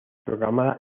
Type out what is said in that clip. proclamada